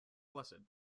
placid